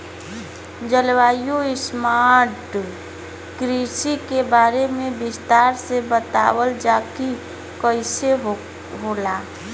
जलवायु स्मार्ट कृषि के बारे में विस्तार से बतावल जाकि कइसे होला?